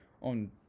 on